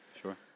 Sure